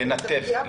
לנתב.